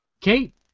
Kate